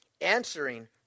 answering